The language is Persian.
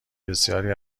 بسیاری